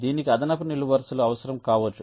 దీనికి అదనపు నిలువు వరుసలు అవసరం కావచ్చు